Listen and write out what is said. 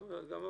גם עוון.